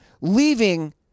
leaving